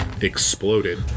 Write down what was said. exploded